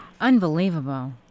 Unbelievable